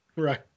right